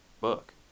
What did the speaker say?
book